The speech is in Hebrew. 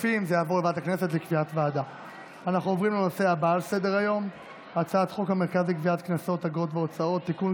אנחנו עוברים להצבעה על הצעת חוק המפלגות (תיקון,